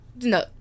no